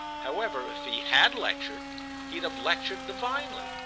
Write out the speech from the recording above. however, if he had lectured he'd have lectured divinely.